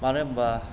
मानो होनब्ला